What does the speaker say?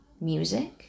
music